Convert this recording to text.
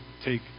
take